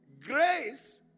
Grace